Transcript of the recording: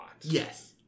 Yes